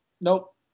Nope